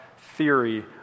theory